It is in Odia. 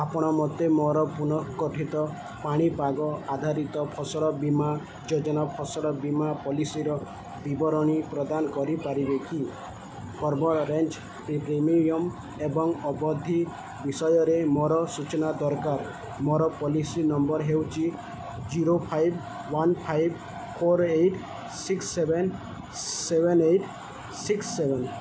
ଆପଣ ମୋତେ ମୋର ପୁନର୍ଗଠିତ ପାଣିପାଗ ଆଧାରିତ ଫସଲ ବୀମା ଯୋଜନା ଫସଲ ବୀମା ପଲିସିର ବିବରଣୀ ପ୍ରଦାନ କରିପାରିବେ କି କଭରେଜ୍ ପ୍ରିମିୟମ୍ ଏବଂ ଅବଧି ବିଷୟରେ ମୋର ସୂଚନା ଦରକାର ମୋର ପଲିସି ନମ୍ବର ହେଉଛି zero five one five four eight six seven seven eight six seven